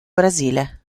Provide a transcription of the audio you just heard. brasile